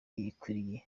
ikwiriye